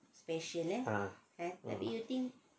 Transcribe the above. ah